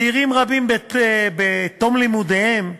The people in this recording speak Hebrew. צעירים רבים בתום לימודיהם,